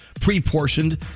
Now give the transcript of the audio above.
pre-portioned